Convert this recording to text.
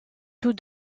tous